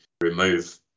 remove